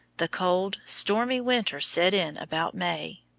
the cold stormy winter set in about may,